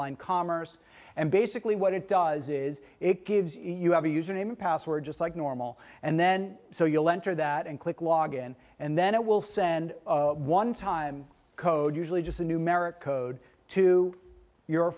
online commerce and basically what it does is it gives you have a username password just like normal and then so you'll enter that and click logon and then it will send one time code usually just a numeric code to your